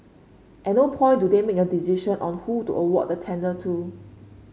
at no point do they make a decision on who to award the tender to